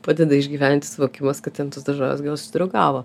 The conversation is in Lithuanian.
padeda išgyventi suvokimas kad ten tos daržovės gal susidraugavo